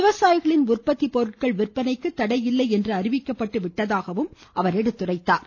விவசாயிகளின் உற்பத்தி பொருட்கள் விற்பனைக்கு தடை இல்லை என்று அறிவிக்கப்பட்டு விட்டதாக எடுத்துரைத்தார்